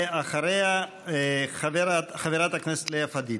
ואחריה, חברת הכנסת לאה פדידה.